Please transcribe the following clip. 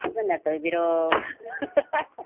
ꯐꯖꯅ ꯇꯧꯕꯤꯔꯣ